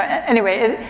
anyway,